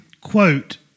quote